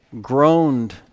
groaned